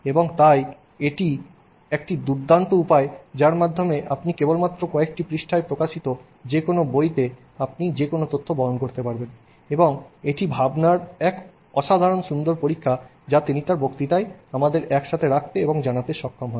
এবং তাই এটি একটি দুর্দান্ত উপায় যার মাধ্যমে আপনি কেবলমাত্র কয়েকটি পৃষ্ঠায় প্রকাশিত যে কোনও বইতে আপনি যে কোনও তথ্য বহন করতে পারবেন এবং এটি ভাবনার এক অসাধারণ সুন্দর পরীক্ষা যা তিনি তাঁর বক্তৃতায় আমাদের একসাথে রাখতে এবং জানাতে সক্ষম হন